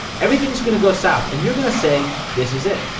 everything's going to go south and you're going to say, this is it.